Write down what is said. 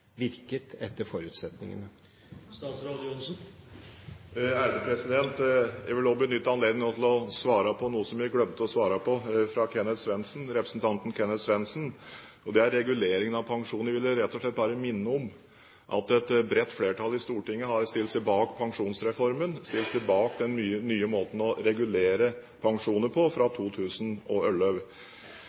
virket etter forutsetningene? Jeg vil benytte anledningen nå til også å svare på noe som jeg glemte å svare på i spørsmålet fra representanten Kenneth Svendsen, og det er reguleringen av pensjoner. Jeg vil rett og slett bare minne om at et bredt flertall i Stortinget har stilt seg bak Pensjonsreformen, stilt seg bak den nye måten å regulere pensjoner på fra